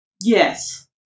Yes